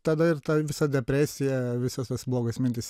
tada ir ta visa depresija visos tos blogos mintys